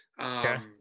Okay